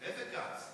איזה כץ?